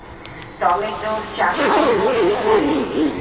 টমেটোর চাষ করব কি করে?